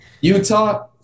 Utah